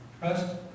Trust